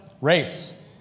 race